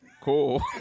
cool